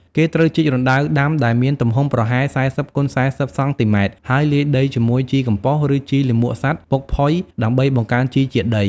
គេត្រូវជីក រណ្តៅដាំ ដែលមានទំហំប្រហែល ៤០គុណ៤០ សង់ទីម៉ែត្រ ហើយលាយដីជាមួយ ជីកំប៉ុស្ត ឬជីលាមកសត្វពុកផុយ ដើម្បីបង្កើនជីជាតិដី។